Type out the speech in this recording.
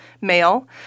male